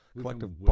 collective